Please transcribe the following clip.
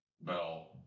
Bell